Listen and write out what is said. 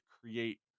create